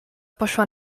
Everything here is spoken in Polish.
poszła